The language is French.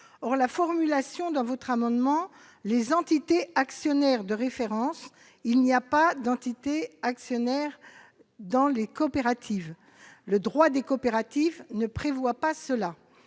or la formulation dans votre amendement les entités, actionnaire de référence, il n'y a pas d'entité actionnaire dans les coopératives, le droit des coopératives ne prévoient pas cela,